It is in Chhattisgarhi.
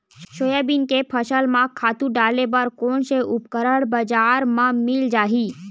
सोयाबीन के फसल म खातु डाले बर कोन से उपकरण बजार म मिल जाहि?